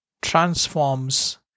transforms